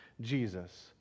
Jesus